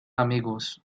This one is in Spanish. amigos